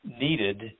needed